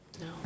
No